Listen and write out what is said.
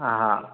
हँ हँ